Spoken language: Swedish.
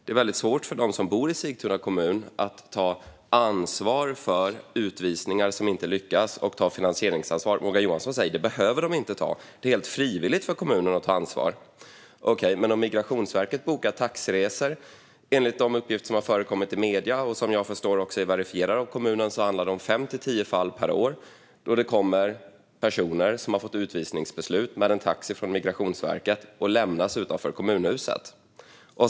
Det är väldigt svårt för de människor som bor i Sigtuna kommun att ta ansvar för utvisningar som inte lyckas och att ta finansieringsansvar. Morgan Johansson säger att de inte behöver ta det. Det är helt frivilligt för kommunen att ta ansvar. Okej, men Migrationsverket bokar taxiresor. Enligt de uppgifter som förekommit i medierna och som jag förstår också är verifierade av kommunen handlar det om fem till tio fall per år då det kommer personer, som har fått utvisningsbeslut, med en taxi från Migrationsverket och lämnas utanför kommunhuset.